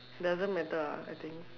doesn't matter ah I think